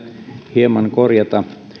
hieman korjata